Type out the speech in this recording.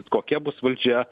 kokia bus valdžia